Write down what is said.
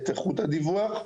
את איכות הדיווח.